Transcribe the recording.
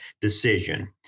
decision